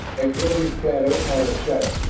a flitting shadow out of shadows.